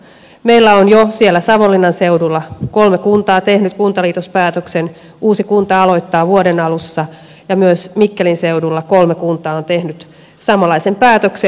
meillä on jo siellä savonlinnan seudulla kolme kuntaa tehnyt kuntaliitospäätöksen uusi kunta aloittaa vuoden alussa ja myös mikkelin seudulla kolme kuntaa on tehnyt samanlaisen päätöksen